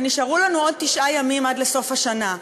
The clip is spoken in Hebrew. ונשארו לנו עוד תשעה ימים עד לסוף השנה.